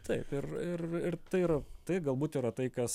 taip ir ir ir tai yra tai galbūt yra tai kas